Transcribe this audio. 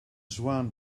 swan